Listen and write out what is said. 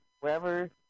wherever